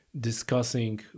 discussing